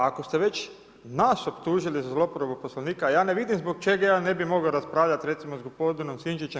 ako ste već nas optužili za zloporabu Poslovnika, a ja ne vidim zbog čega ja ne bih mogao raspravljati recimo s gospodinom Sinčićem.